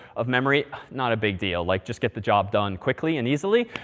of memory, not a big deal. like, just get the job done quickly and easily.